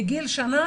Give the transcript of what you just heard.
מגיל שנה